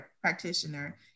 practitioner